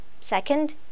Second